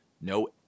no